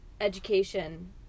education